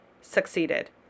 succeeded